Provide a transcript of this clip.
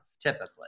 typically